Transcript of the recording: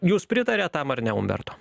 jūs pritariat tam ar ne umberto